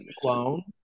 clone